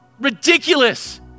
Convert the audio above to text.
ridiculous